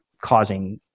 causing